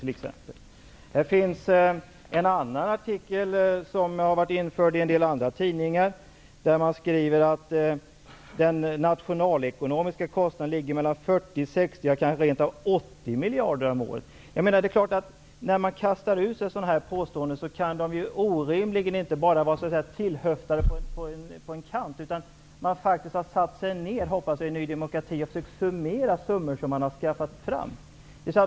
I en annan artikel som har varit införd i en del andra tidningar skriver han att den nationalekonomiska kostnaden ligger på mellan 40 och 60, kanske 80, miljarder om året. Det är klart att de här siffrorna inte kan vara tillhöftade, eftersom man kastar ut sådana här påståenden. Man har faktiskt satt sig ner i Ny demokrati -- hoppas jag -- och försökt summera summor som man har skaffat fram.